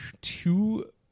two